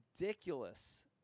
ridiculous